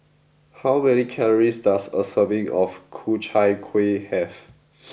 how many calories does a serving of Ku Chai Kuih have